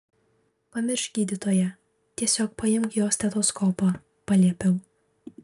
pamiršk gydytoją tiesiog paimk jo stetoskopą paliepiau